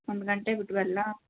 ಒಂದು ಗಂಟೆ ಬಿಟ್ಟು ಬರಲಾ